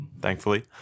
thankfully